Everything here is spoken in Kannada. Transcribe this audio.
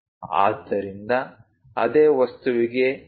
ಆದ್ದರಿಂದ ಅದೇ ವಸ್ತುವಿಗೆ 2